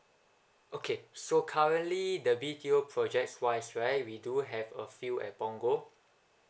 okay so currently the B_T_O projects wise right we do have a few at punggol